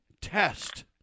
test